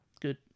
good